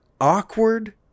awkward